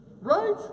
right